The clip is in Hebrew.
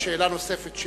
ושאלה נוספת,